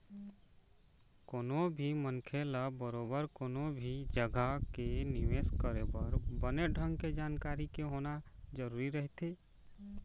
कोनो भी मनखे ल बरोबर कोनो भी जघा के निवेश करे बर बने ढंग के जानकारी के होना जरुरी रहिथे